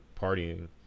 partying